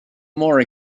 more